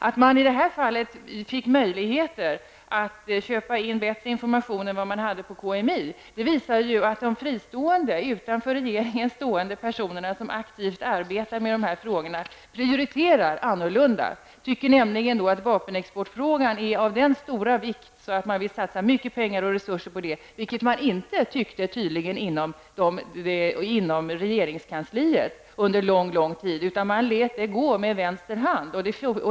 Att man i detta fall fick möjligheter att köpa in bättre information än KMI visar att de fristående -- utanför regeringen -- som aktivt arbetar med de här frågorna prioriterar annorlunda. De tycker att vapenexportfrågan är av så stor vikt att man vill satsa mycket pengar och resurser på den, vilket man inte tyckte inom regeringskansliet under lång tid. Man lät det hela gå med vänster hand.